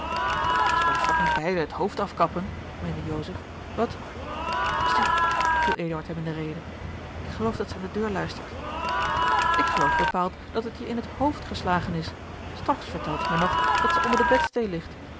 zal ons toch niet beiden het hoofd afkappen meende joseph wat stil viel eduard hem in de rede ik geloof dat zij aan de deur luistert ik geloof bepaald dat het je in het hoofd geslagen is straks vertelt je mij nog dat zij onder de bedsteê ligt